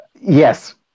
Yes